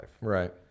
Right